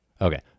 Okay